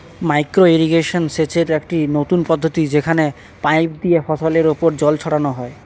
micro irrigation সেচের একটি নতুন পদ্ধতি যেখানে পাইপ দিয়ে ফসলের উপর জল ছড়ানো হয়